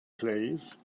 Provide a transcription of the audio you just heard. place